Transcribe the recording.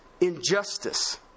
injustice